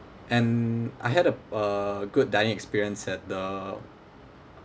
and I had a a good dining experience at the